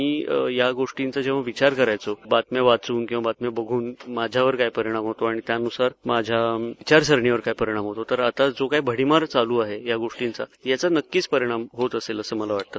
मी या गोटींचा जेव्हा विचार करायचो कि बातम्या वाचून किंवा बातम्या बघून माझ्यावर काय परिणाम होतो आणि त्यानुसार माझ्या विचारसरणीवर काय परिणाम होतो तर आता जो काही भडीमार चालू आहे या गोष्टींचा याचा नक्कीच परिणाम होत असेल असं मला वाटतं